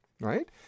right